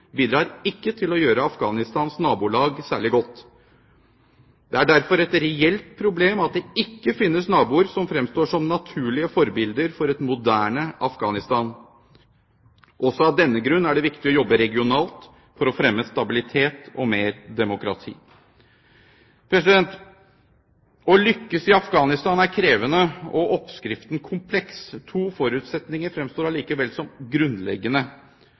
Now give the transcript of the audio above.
bidrar ikke til å gjøre Afghanistans nabolag særlig godt. Det er derfor et reelt problem at det ikke finnes naboer som fremstår som naturlige forbilder for et moderne Afghanistan. Også av denne grunn er det viktig å jobbe regionalt for å fremme stabilitet og mer demokrati. Å lykkes i Afghanistan er krevende og oppskriften kompleks. To forutsetninger fremstår allikevel som grunnleggende.